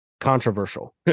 controversial